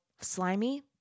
slimy